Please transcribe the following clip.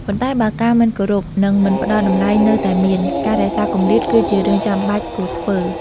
ប៉ុន្តែ បើការមិនគោរព និងមិនផ្ដល់តម្លៃនៅតែមាន ការរក្សាគម្លាតគឺជារឿងចាំបាច់គួរធ្វើ។